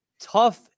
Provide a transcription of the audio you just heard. tough